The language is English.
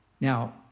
Now